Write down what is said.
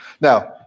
Now